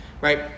right